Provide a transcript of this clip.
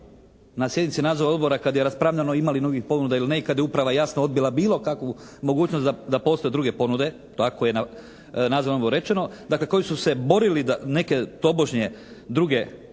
na sjednici nadzornoga odbora kada je raspravljalo ima li novih ponuda ili ne, kada je uprava jasno odbila bilo kakvu mogućnost da postoje druge ponude, tako je na nadzornom odboru rečeno, dakle koji su se borili da neke tobožnje druge ponude